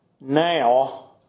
now